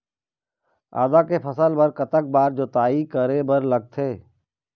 आदा के फसल बर कतक बार जोताई करे बर लगथे?